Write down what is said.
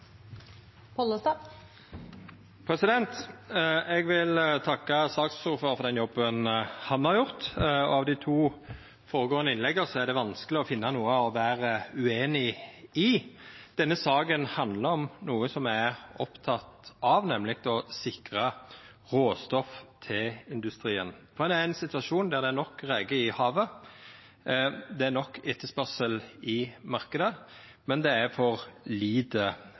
det vanskeleg å finna noko å vera ueinig i. Denne saka handlar om noko me er opptekne av, nemleg å sikra råstoff til industrien, for det er ein situasjon der det er nok reker i havet, det er nok etterspørsel i marknaden, men det er for lite